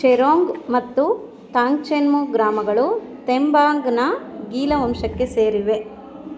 ಚೆರೋಂಗ್ ಮತ್ತು ತಾಂಗ್ಚೆನ್ಮು ಗ್ರಾಮಗಳು ಥೆಂಬಾಂಗ್ನ ಗೀಲಾ ವಂಶಕ್ಕೆ ಸೇರಿವೆ